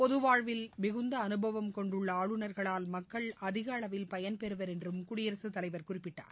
பொது வாழ்வில் மிகுந்த அனுபவம் கொண்டுள்ள ஆளுநர்களால் மக்கள் அதிகளவில் பயன்பெறுவர் என்றும் குடியரசுத் தலைவர் குறிப்பிட்டார்